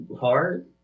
hard